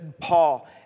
Paul